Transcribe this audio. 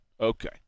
okay